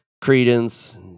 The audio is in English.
Credence